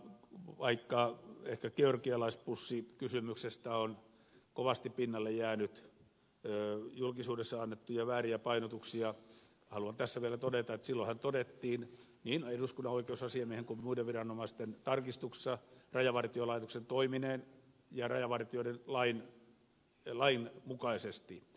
vaikka ehkä georgialaisbussikysymyksestä on kovasti pinnalle jäänyt julkisuudessa annettuja vääriä painotuksia haluan tässä vielä todeta että silloinhan todettiin niin eduskunnan oikeusasiamiehen kuin muiden viranomaisten tarkistuksissa rajavartiolaitoksen ja rajavartioiden toimineen lain mukaisesti